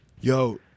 Yo